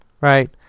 Right